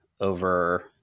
over